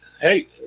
Hey